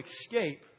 escape